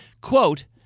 Quote